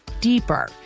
deeper